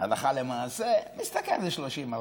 הלכה למעשה משתכר איזה 30,000,